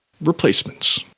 Replacements